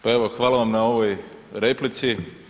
Pa evo, hvala vam na ovoj replici.